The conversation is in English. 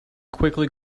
quickly